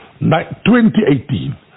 2018